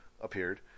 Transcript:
appeared